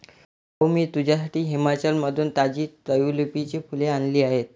भाऊ, मी तुझ्यासाठी हिमाचलमधून ताजी ट्यूलिपची फुले आणली आहेत